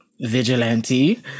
vigilante